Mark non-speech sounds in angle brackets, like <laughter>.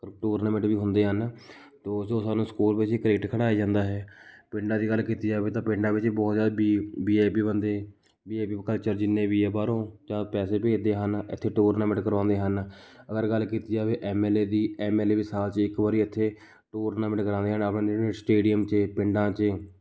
tournament ਵੀ ਹੁੰਦੇ ਹਨ ਤੋਂ ਜੋ ਸਾਨੂੰ ਸਕੂਲ ਵਿੱਚ ਹੀ ਕ੍ਰਿਕਟ ਖਿਡਾਏ ਜਾਂਦਾ ਹੈ ਪਿੰਡਾਂ ਦੀ ਗੱਲ ਕੀਤੀ ਜਾਵੇ ਤਾਂ ਪਿੰਡਾਂ ਵਿੱਚ ਬਹੁਤ ਜ਼ਿਆਦਾ ਵੀ ਵੀ ਆਈ ਪੀ ਬੰਦੇ ਵੀ ਆਈ ਪੀ ਕਲਚਰ ਜਿੰਨੇ ਵੀ ਆ ਬਾਹਰੋਂ ਚਾਰ ਪੈਸੇ ਭੇਜਦੇ ਹਨ ਇੱਥੇ ਟੂਰਨਾਮੈਂਟ ਕਰਵਾਉਂਦੇ ਹਨ ਅਗਰ ਗੱਲ ਕੀਤੀ ਜਾਵੇ ਐੱਮ ਐੱਲ ਏ ਦੀ ਐੱਮ ਐੱਲ ਏ ਵੀ ਸਾਲ 'ਚ ਇੱਕ ਵਾਰੀ ਇੱਥੇ ਟੂਰਨਾਮੈਂਟ ਕਰਾਂਉਂਦੇ ਹਨ <unintelligible> ਸਟੇਡੀਅਮ 'ਚੇ ਪਿੰਡਾਂ 'ਚੇ